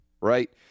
right